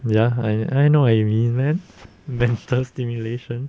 ya I I know what you mean men~ mental stimulation